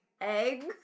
eggs